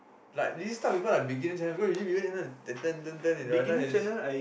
like this type of people like beginner channel like they turn turn turn they they see